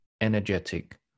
energetic